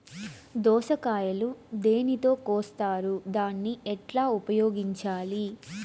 దోస కాయలు దేనితో కోస్తారు దాన్ని ఎట్లా ఉపయోగించాలి?